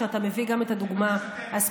כשאתה מביא גם את הדוגמה הספציפית,